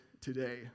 today